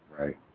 Right